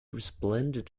resplendent